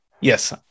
Yes